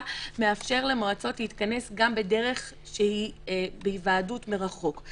מאפשר למועצות להתכנס גם בדרך שהיא היוועדות מרחוק.